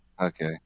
Okay